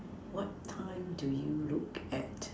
what time do you look at